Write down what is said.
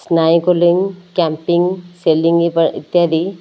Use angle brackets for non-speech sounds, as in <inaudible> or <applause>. ସ୍ନାଇକଲିଙ୍ଗ camping <unintelligible> ଇତ୍ୟାଦି